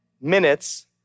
minutes